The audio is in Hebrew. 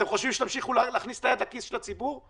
אתם חושבים שתמשיכו להכניס את היד לכיס של הציבור,